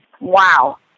Wow